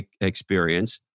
experience